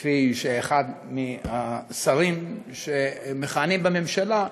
כפי שאחד מהשרים שמכהנים בממשלה,